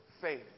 faith